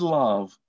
love